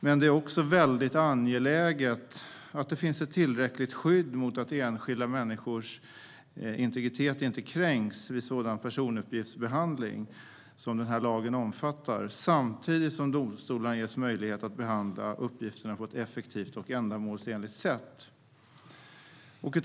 Men det är också angeläget att det finns tillräckligt skydd så att enskilda människors integritet inte kränks vid sådan personuppgiftsbehandling som lagen omfattar. Samtidigt ges domstolarna möjlighet att behandla uppgifterna på ett effektivt och ändamålsenligt sätt.